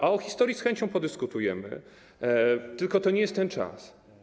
A o historii z chęcią podyskutujemy, tylko to nie jest ten czas.